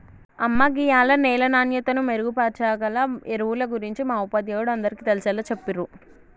అమ్మ గీయాల నేల నాణ్యతను మెరుగుపరచాగల ఎరువుల గురించి మా ఉపాధ్యాయుడు అందరికీ తెలిసేలా చెప్పిర్రు